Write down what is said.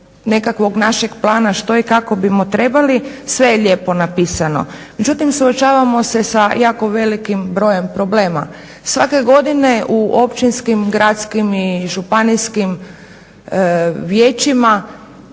nekakvog našeg plana što i kako bismo trebali sve je lijepo napisano, međutim suočavamo se sa jako velikim brojem problema. Svake godine u općinskim, gradskim i županijskim vijećima